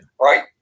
right